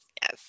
Yes